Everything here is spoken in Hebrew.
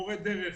מורי דרך,